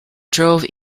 drove